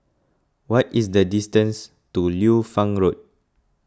what is the distance to Liu Fang Road